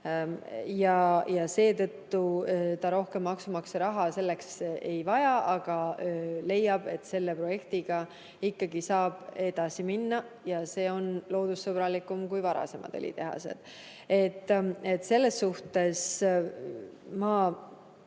Seetõttu ta rohkem maksumaksja raha selleks ei vaja, aga leiab, et selle projektiga ikkagi saab edasi minna ja see on loodussõbralikum kui varasemad õlitehased. Ma